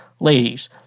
Ladies